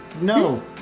No